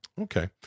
Okay